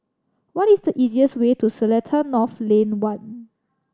what is the easiest way to Seletar North Lane One